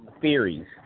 theories